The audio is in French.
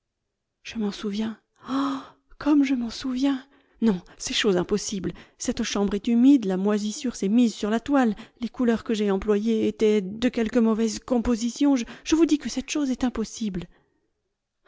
je m'en souviens oh comme je m'en souviens non c'est une chose impossible cette chambre est humide la moisissure s'est mise sur la toile les couleurs que j'ai employées étaient de quelque mauvaise composition je vous dis que cette chose est impossible